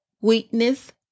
weakness